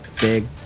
Big